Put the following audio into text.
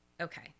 okay